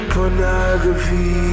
Pornography